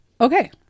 Okay